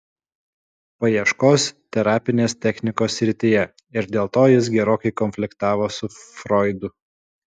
paieškos terapinės technikos srityje ir dėl to jis gerokai konfliktavo su froidu